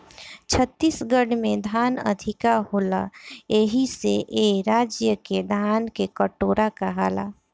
छत्तीसगढ़ में धान अधिका होला एही से ए राज्य के धान के कटोरा कहाला